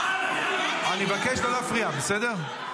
אני מבקש לא להפריע, בסדר?